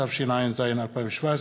התשע"ז 2017,